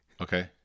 okay